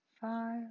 five